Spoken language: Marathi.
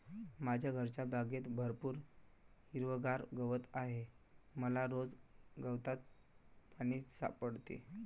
माझ्या घरच्या बागेत भरपूर हिरवागार गवत आहे मला रोज गवतात पाणी सापडते